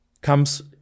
comes